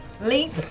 Leap